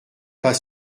pas